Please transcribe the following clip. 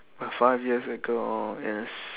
but five years ago is